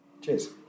Cheers